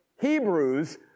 Hebrews